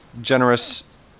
generous